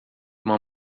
uma